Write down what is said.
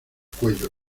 cuello